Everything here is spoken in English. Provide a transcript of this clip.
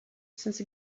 since